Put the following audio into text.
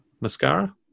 Mascara